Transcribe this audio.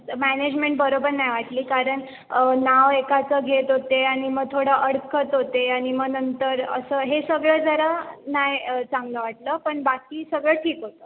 management बरोबर नाही वाटली कारण नाव एकाचं घेत होते आणि मग थोडं अडकत होते आणि मग नंतर असं हे सगळं जरा नाही चांगलं वाटलं पण बाकी सगळं ठीक होतं